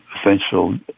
essential